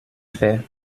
faits